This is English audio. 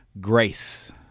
grace